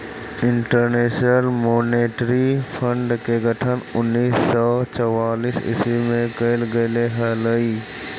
international monetary fund के गठन उन्नीस सौ चौवालीस ईस्वी में कैल गेले हलइ